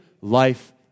life